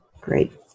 Great